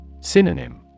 Synonym